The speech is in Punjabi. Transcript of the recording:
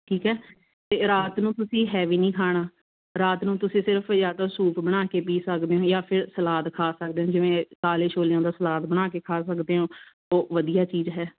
ਠੀਕ ਹੈ ਅਤੇ ਰਾਤ ਨੂੰ ਤੁਸੀਂ ਹੈਵੀ ਨਹੀਂ ਖਾਣਾ ਰਾਤ ਨੂੰ ਤੁਸੀਂ ਸਿਰਫ਼ ਜਾਂ ਤਾਂ ਸੂਪ ਬਣਾ ਕੇ ਪੀ ਸਕਦੇ ਹੋ ਜਾਂ ਫੇਰ ਸਲਾਦ ਖਾ ਸਕਦੇ ਜਿਵੇਂ ਕਾਲੇ ਛੋਲਿਆਂ ਦਾ ਸਲਾਦ ਬਣਾ ਕੇ ਖਾ ਸਕਦੇ ਓਂ ਉਹ ਵਧੀਆ ਚੀਜ਼ ਹੈ